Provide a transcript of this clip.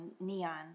neon